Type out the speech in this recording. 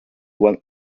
one